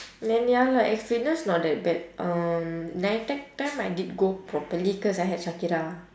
then ya lah X fitness not that bad um NITEC time I did go properly cause I had shakira